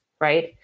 right